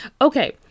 Okay